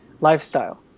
lifestyle